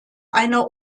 einer